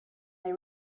they